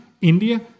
India